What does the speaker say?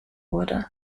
wurde